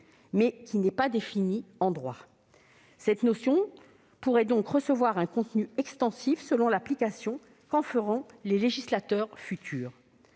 mais qui n'est pas définie en droit. Cette notion pourrait donc recevoir un contenu extensif selon l'application qu'en feront les législateurs futurs.